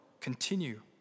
continue